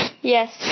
Yes